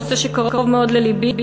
נושא שקרוב מאוד ללבי,